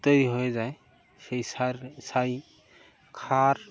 তৈরি হয়ে যায় সেই সার ছাই খার